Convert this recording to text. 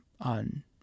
on